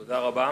תודה רבה.